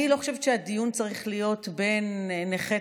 אני לא חושבת שהדיון צריך להיות בין נכי